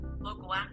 Local